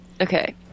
Okay